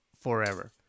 forever